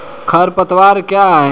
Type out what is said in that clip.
खरपतवार क्या है?